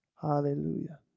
Hallelujah